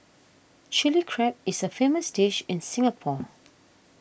Chilli Crab is a famous dish in Singapore